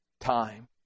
time